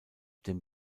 dem